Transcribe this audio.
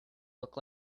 look